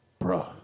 Bruh